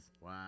Wow